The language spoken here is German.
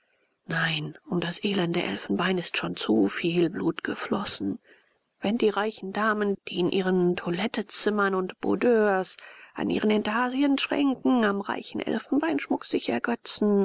nein um das elende elfenbein ist schon zu viel blut geflossen o wenn die reichen damen die in ihren toilettezimmern und boudoirs an ihren intarsienschränken am reichen elfenbeinschmuck sich ergötzen